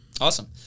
Awesome